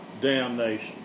damnation